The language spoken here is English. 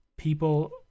People